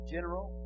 General